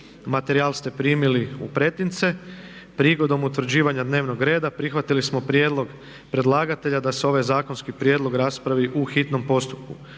Materijal ste primili u pretince. Prigodom utvrđivanja dnevnog reda prihvatili smo prijedlog predlagatelja da se ovaj zakonski prijedlog raspravi u hitnom postupku.